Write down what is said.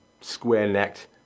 square-necked